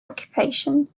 occupation